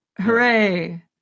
Hooray